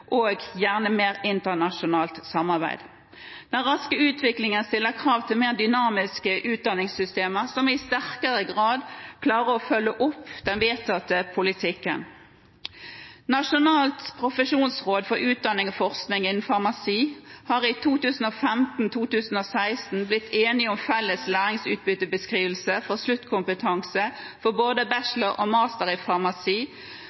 og gjerne mer internasjonalt samarbeid. Den raske utviklingen stiller krav til et mer dynamisk utdanningssystem som i sterkere grad klarer å følge opp den vedtatte politikken. Nasjonalt profesjonsråd for utdanning og forskning innen farmasi har i 2015–2016 blitt enig om felles læringsutbyttebeskrivelser for sluttkompetanse for både bachelor og master i farmasi